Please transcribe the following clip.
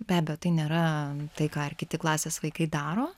be abejo tai nėra tai ką ir kiti klasės vaikai daro